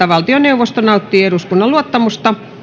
valtioneuvosto eduskunnan luottamusta